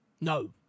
No